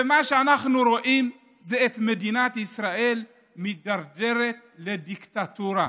ומה שאנחנו רואים זה את מדינת ישראל מידרדרת לדיקטטורה.